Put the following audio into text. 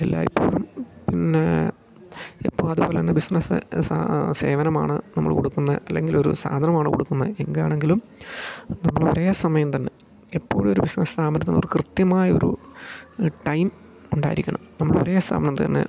എല്ലായിപ്പോഴും പിന്നെ എപ്പോൾ അതുപോലെ തന്നെ ബിസിനസ് സേവനമാണ് നമ്മൾ കൊടുക്കുന്നത് അല്ലെങ്കിൽ ഒരു സാധനമാണ് കൊടുക്കുന്നത് എങ്കാണങ്കിലും നമ്മൾ ഒരേ സമയം തന്നെ എപ്പോഴും ഒരു ബിസിനസ് സ്ഥാമനത്തിനൊരു കൃത്യമായ ഒരു ടൈം ഉണ്ടായിരിക്കണം നമ്മൾ ഒരേ സമയം തന്നെ